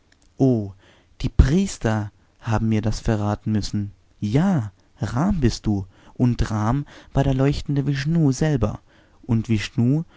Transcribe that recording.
o die priester haben mir das verraten müssen ja rm bist du und rm war der leuchtende vishnu selber und